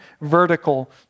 vertical